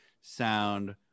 sound